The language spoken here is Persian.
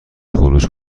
خروج